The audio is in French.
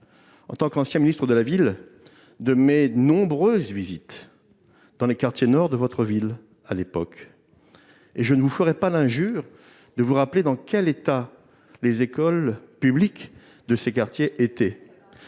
en tant qu'ancien ministre de la ville, de mes nombreuses visites dans les quartiers Nord de votre ville. Je ne vous ferai pas l'injure de vous rappeler dans quel état se trouvaient les écoles publiques de ces quartiers. Ça n'a